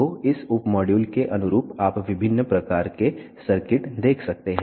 तो इस उप मॉड्यूल के अनुरूप आप विभिन्न प्रकार के सर्किट देख सकते हैं